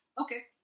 Okay